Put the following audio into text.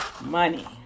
Money